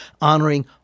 honoring